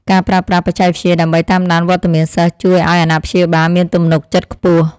ការប្រើប្រាស់បច្ចេកវិទ្យាដើម្បីតាមដានវត្តមានសិស្សជួយឱ្យអាណាព្យាបាលមានទំនុកចិត្តខ្ពស់។